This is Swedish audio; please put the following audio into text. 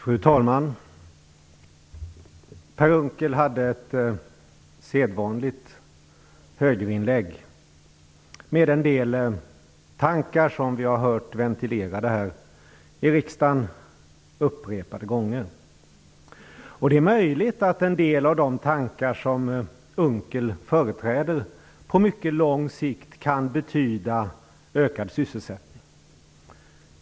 Fru talman! Per Unckel gjorde ett sedvanligt högerinlägg med en del tankar som vi har hört ventilerade här i riksdagen upprepade gånger. Det är möjligt att en del av de tankar som Unckel företräder kan betyda ökad sysselsättning på mycket lång sikt.